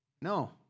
No